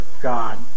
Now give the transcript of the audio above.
God